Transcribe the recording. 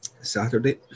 Saturday